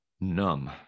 numb